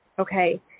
Okay